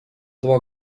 два